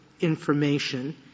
information